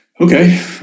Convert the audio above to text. okay